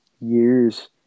years